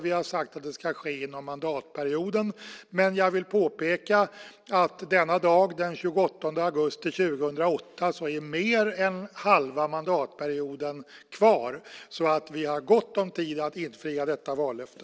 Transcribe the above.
Vi har sagt att det ska ske inom mandatperioden. Jag vill emellertid påpeka att denna dag, den 28 augusti 2008, är mer än halva mandatperioden kvar. Vi har alltså gott om tid att infria detta vallöfte.